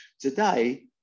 today